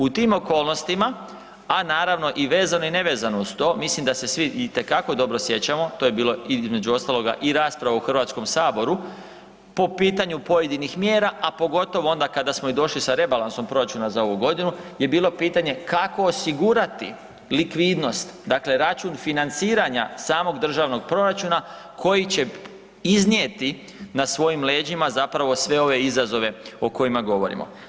U tim okolnostima, a naravno vezano i nevezano uz to, mislim da se svi itekako dobro sjećamo, to je bilo između ostaloga i rasprava u HS po pitanju pojedinih mjera, a pogotovo onda kada smo i došli sa rebalansom proračuna za ovu godinu je bilo pitanje kako osigurati likvidnost, dakle račun financiranja samog državnog proračuna koji će iznijeti na svojim leđima zapravo sve ove izazove o kojima govorimo.